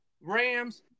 Rams